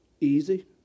easy